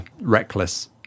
reckless